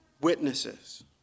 witnesses